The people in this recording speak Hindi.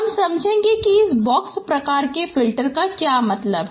हम समझगें कि इस बॉक्स प्रकार के फ़िल्टर का क्या मतलब है